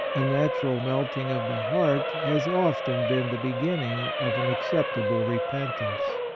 a natural melting of the heart has often been the beginning of an acceptable repentance.